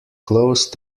close